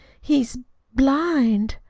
he's blind.